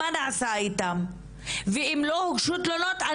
מה נעשה איתם ואם לא הוגשו תלונות,